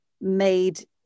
made